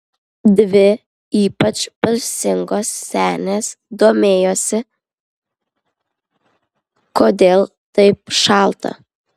dvi ypač balsingos senės domėjosi kodėl taip šalta